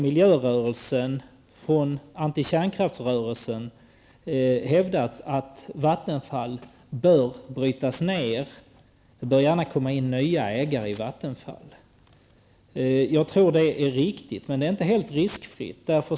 Miljörörelsen och antikärnkraftrörelsen har hävdat att Vattenfall bör brytas ned och nya ägare komma in. Det tror jag är riktigt men ändå inte helt riskfritt.